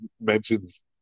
mentions